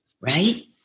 right